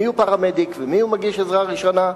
מיהו פרמדיק ומיהו מגיש עזרה ראשונה,